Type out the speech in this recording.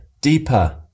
deeper